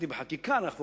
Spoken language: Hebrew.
להתערב